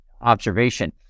observation